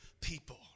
people